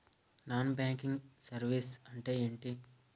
Non banking services అంటే ఎంటి?